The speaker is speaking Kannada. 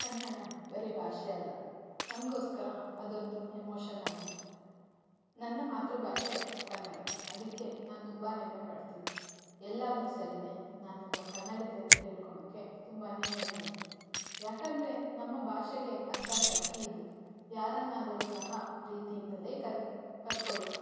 ಕನ್ನಡ ಬರಿ ಭಾಷೆ ಅಲ್ಲ ನಮಗೋಸ್ಕರ ಅದೊಂದು ಎಮೋಷನ್ ಆಗಿದೆ ನನ್ನ ಮಾತೃಭಾಷೆ ಕನ್ನಡ ಅದಕ್ಕೆ ನಾನು ತುಂಬ ಹೆಮ್ಮೆಪಡ್ತೀನಿ ಎಲ್ಲಾದರೂ ಸರಿಯೇ ನಾನೊಬ್ಬ ಕನ್ನಡತಿ ಅಂತ ಹೇಳ್ಕೊಳಕೆ ತುಂಬಾ ಹೆಮ್ಮೆ ಇದೆ ಯಾಕಂದರೆ ನಮ್ಮ ಭಾಷೆಗೆ ಅಂಥ ಶಕ್ತಿ ಇದೆ ಯಾರನ್ನಾದರೂ ಸಹ ಪ್ರೀತಿಯಿಂದಲೇ ಕರ್ ಕರ್ಕೊಳುತ್ತೆ